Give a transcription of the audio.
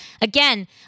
Again